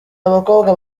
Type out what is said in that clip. abakobwa